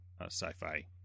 sci-fi